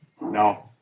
no